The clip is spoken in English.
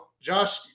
Josh